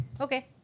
Okay